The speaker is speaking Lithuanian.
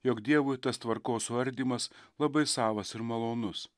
jog dievui tas tvarkos suardymas labai savas ir malonus